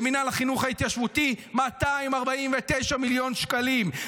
למינהל החינוך ההתיישבותי,249 מיליון שקלים,